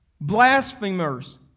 Blasphemers